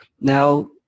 Now